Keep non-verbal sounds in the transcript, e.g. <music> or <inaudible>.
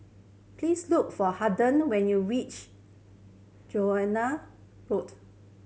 please look for Harden when you reach <unintelligible> Road